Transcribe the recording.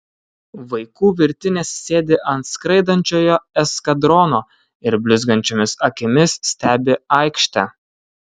vaikų virtinės sėdi ant skraidančiojo eskadrono ir blizgančiomis akimis stebi aikštę